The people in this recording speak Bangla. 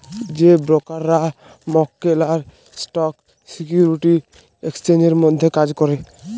যে ব্রকাররা মক্কেল আর স্টক সিকিউরিটি এক্সচেঞ্জের মধ্যে কাজ ক্যরে